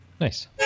Nice